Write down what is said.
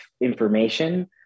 information